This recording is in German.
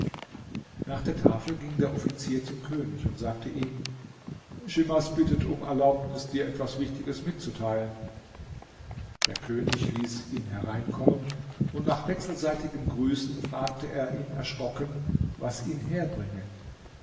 nach der tafel ging der offizier zum könig und sagte ihm schimas bittet um die erlaubnis dir etwas wichtiges mitzuteilen der könig ließ ihn hereinkommen und nach wechselseitigen grüßen fragte er ihn erschrocken was ihn herbringe